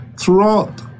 throughout